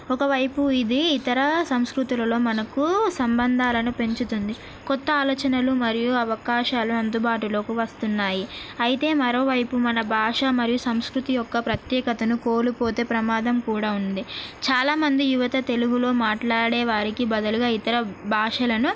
ఒకవైపు ఇది ఇతర సంస్కృతులలో మనకు సంబంధాలను పెంచుతుంది కొత్త ఆలోచనలు మరియు అవకాశాలు అందుబాటులోకి వస్తున్నాయి అయితే మరోవైపు మన భాష మరియు సంస్కృతి యొక్క ప్రత్యేకతను కోల్పోతే ప్రమాదం కూడా ఉంది చాలామంది యువత తెలుగులో మాట్లాడే వారికి బదులుగా ఇతర భాషలను